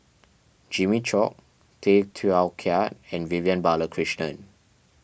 Jimmy Chok Tay Teow Kiat and Vivian Balakrishnan